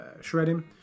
shredding